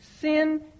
Sin